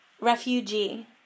Refugee